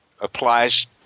applies